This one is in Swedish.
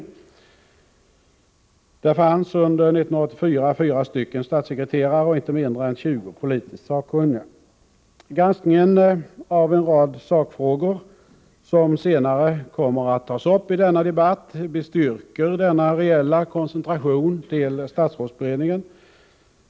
Under 1984 fanns där 4 statssekreterare och inte mindre än 20 politiskt sakkunniga. Granskningen av en rad sakfrågor som senare kommer att tas upp i denna debatt bestyrker denna reella koncentration till statsrådsberedningen.